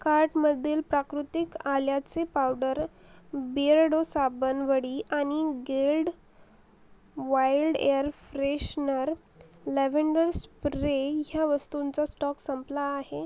कार्टमधील प्राकृतिक आल्याचे पावडर बिअर्डो साबण वडी आणि गील्ड wild air freshener lavender spray ह्या वस्तूंचा स्टॉक संपला आहे